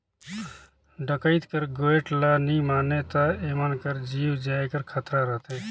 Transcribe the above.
डकइत कर गोएठ ल नी मानें ता एमन कर जीव जाए कर खतरा रहथे